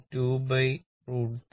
ഇത് 2 √3 1